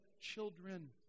children